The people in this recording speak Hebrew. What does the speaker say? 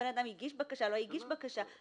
הבן-אדם הגיש בקשה או לא הגיש בקשה,